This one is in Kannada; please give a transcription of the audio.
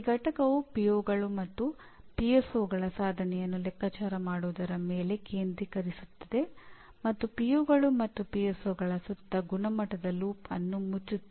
ಈ ಘಟಕವು ಪಿಒಗಳು ಮತ್ತು ಪಿಎಸ್ಒಗಳ ಸಾಧನೆಯನ್ನು ಲೆಕ್ಕಾಚಾರ ಮಾಡುವುದರ ಮೇಲೆ ಕೇಂದ್ರೀಕರಿಸುತ್ತದೆ ಮತ್ತು ಪಿಒಗಳು ಮತ್ತು ಪಿಎಸ್ಒಗಳ ಸುತ್ತ ಉತ್ಕೃಷ್ಟತೆಯ ಆವರ್ತನೆಯನ್ನು ಮುಚ್ಚುತ್ತದೆ